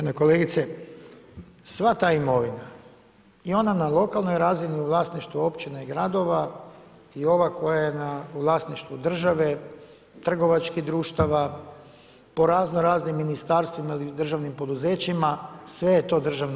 Uvažena kolegice, sva ta imovina i ona na lokalnoj razini i u vlasništvu općina i gradova i ova koja je na vlasništvu države, trgovačkih društava po raznoraznim ministarstvima ili državnim poduzećima, sve je to državna